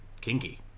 Kinky